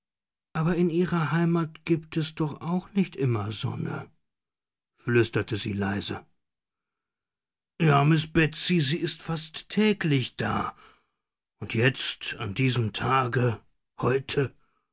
aber in ihrer heimat gibt es doch auch nicht immer sonne flüsterte sie leise ja miß betsy sie ist fast täglich da und jetzt an diesem tage heute